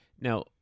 Now